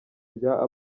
rya